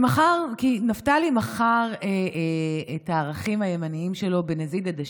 נפתלי מכר את הערכים הימניים שלו בעבור נזיד עדשים.